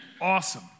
awesome